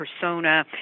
persona